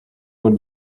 would